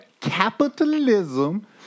Capitalism